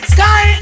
Sky